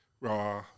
Raw